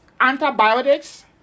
antibiotics